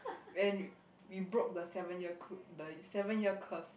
and we broke the seven year cu~ the seven year curse